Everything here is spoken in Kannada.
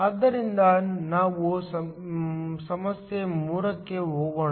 ಆದ್ದರಿಂದ ನಾವು ಈಗ ಸಮಸ್ಯೆ 3 ಕ್ಕೆ ಹೋಗೋಣ